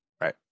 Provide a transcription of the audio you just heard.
Right